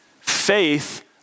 Faith